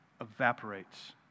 evaporates